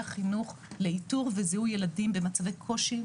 החינוך לאיתור וזיהוי ילדים במצבי קושי,